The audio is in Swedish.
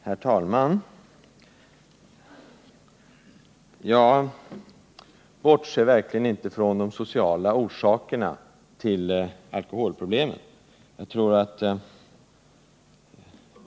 Herr talman! Jag bortser verkligen inte från de sociala orsakerna till alkoholproblemen.